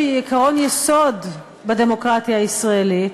שהיא עקרון יסוד בדמוקרטיה הישראלית,